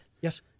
Yes